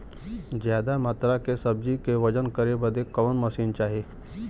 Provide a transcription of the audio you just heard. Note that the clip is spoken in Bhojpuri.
ज्यादा मात्रा के सब्जी के वजन करे बदे कवन मशीन चाही?